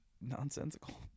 nonsensical